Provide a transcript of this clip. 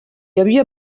havia